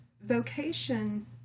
vocation